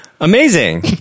Amazing